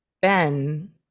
Ben